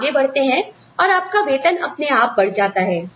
आप आगे बढ़ते हैं और आपका वेतन अपने आप बढ़ जाता है